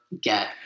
get